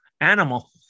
animal